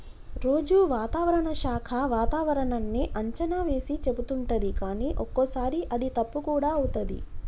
రోజు వాతావరణ శాఖ వాతావరణన్నీ అంచనా వేసి చెపుతుంటది కానీ ఒక్కోసారి అది తప్పు కూడా అవుతది